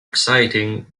exciting